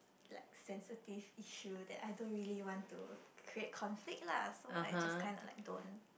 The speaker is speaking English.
like sensitive issue that I don't really want to create conflict lah so I just kinda like don't